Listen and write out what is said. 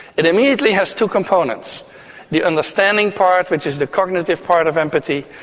it immediately has two components the understanding part which is the cognitive part of empathy,